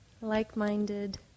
Like-minded